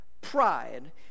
pride